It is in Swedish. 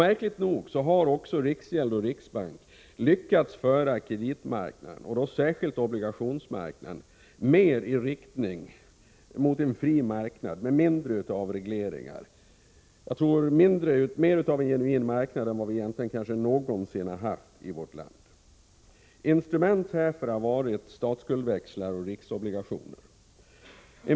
Märkligt nog har också riksgäld och riksbank lyckats föra kreditmarknaden, och då särskilt obligationsmarknaden, mer i riktning mot en fri marknad med mindre av regleringa — mer av en genuin marknad än vi kanske någonsin haft i vårt land. 1> trument härför har varit statsskuldsväxlar och riksobligationer.